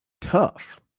tough